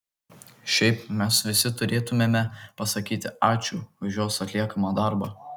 šiaip mes visi turėtumėme pasakyti ačiū už jos atliekamą darbą